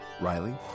Riley